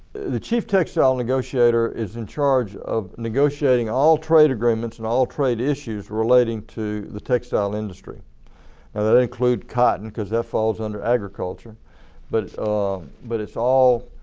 the chief textile negotiator is in charge of negotiating all trade agreements and all trade issues relating to the textile industry and that includes cotton because that falls under agriculture but but it's all